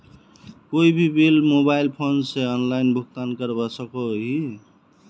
कोई भी bill mobile phone से ऑनलाइन भुगतान करवा सकोहो ही?